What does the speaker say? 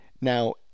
Now